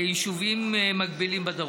יישובים מקבילים בדרום.